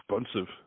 expensive